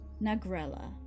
Nagrella